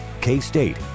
K-State